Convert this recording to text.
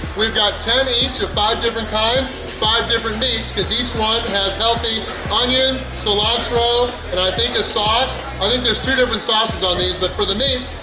we've got ten each of five different kinds five different meats because each one like has healthy onions, cilantro and i think a sauce. i think there's two different sauces on these. but for the meats,